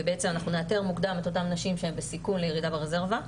שנאתר מוקדם את אותן נשים שהן בסיכון לירידה ברזרבה,